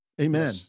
amen